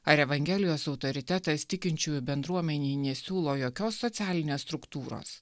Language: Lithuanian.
ar evangelijos autoritetas tikinčiųjų bendruomenei nesiūlo jokios socialinės struktūros